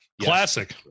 Classic